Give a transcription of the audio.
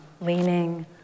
leaning